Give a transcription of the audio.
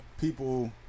People